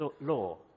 law